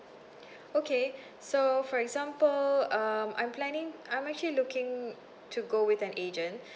okay so for example um I'm planning I'm actually looking to go with an agent